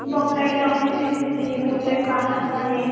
दो plate chow mein दे दीजिए दो प्लेट पालक पनीर